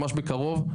ממש בקרוב.